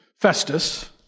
Festus